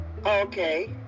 Okay